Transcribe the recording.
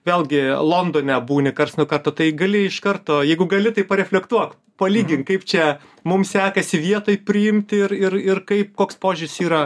vėlgi londone būni karts nuo karto tai gali iš karto jeigu gali tai pareflektuok palygink kaip čia mum sekasi vietoj priimti ir ir ir kaip koks požiūris yra